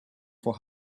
for